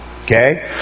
Okay